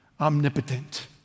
omnipotent